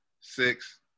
Six